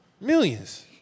Millions